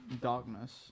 darkness